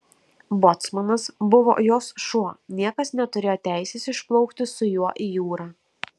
bocmanas buvo jos šuo niekas neturėjo teisės išplaukti su juo į jūrą